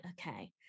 okay